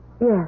Yes